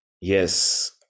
Yes